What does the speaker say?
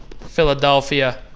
Philadelphia